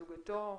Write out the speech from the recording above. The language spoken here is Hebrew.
זוגתו.